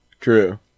True